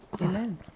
Amen